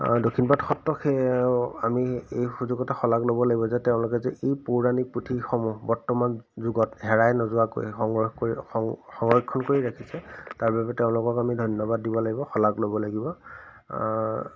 দক্ষিণপাট সত্র আমি এই সুযোগতে শলাগ ল'ব লাগিব যে তেওঁলোকে যে এই পৌৰাণিক পুথিসমূহ বৰ্তমান যুগত হেৰাই নোযোৱাকৈ সংৰক্ষ কৰি সং সংৰক্ষণ কৰি ৰাখিছে তাৰ বাবে তেওঁলোকক আমি ধন্যবাদ দিব লাগিব শলাগ ল'ব লাগিব